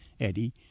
Eddie